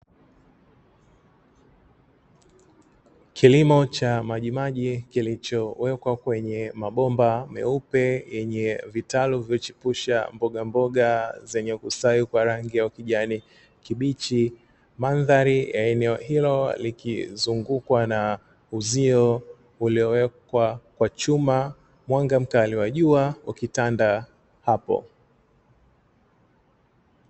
Kilimo cha majimaji kilichowekwa kwenye mabomba meupe yenye vitalu vichipusha mbogamboga zenye kustawi kwa rangi ya kijani kibichi, mandhari ya eneo hilo likizungukwa na uzio uliowekwa kwa chuma, mwanga mkali wa jua ikitanda hapo.